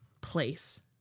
place